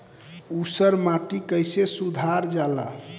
ऊसर माटी कईसे सुधार जाला?